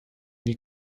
die